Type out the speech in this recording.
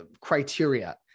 criteria